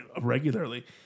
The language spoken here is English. regularly